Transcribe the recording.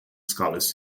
scholars